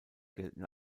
gelten